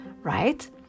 Right